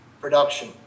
production